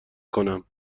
کنم